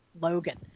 Logan